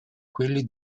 quelli